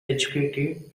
educated